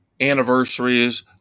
anniversaries